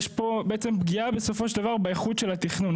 יש פה בעצם פגיעה בסופו של דבר באיכות של התכנון.